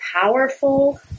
powerful